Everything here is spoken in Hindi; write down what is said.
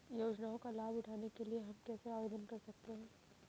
योजनाओं का लाभ उठाने के लिए हम कैसे आवेदन कर सकते हैं?